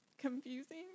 Confusing